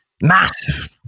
Massive